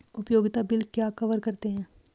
उपयोगिता बिल क्या कवर करते हैं?